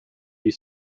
you